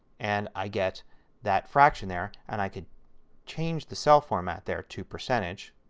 and i get that fraction there. and i can change the cell format there to percentage.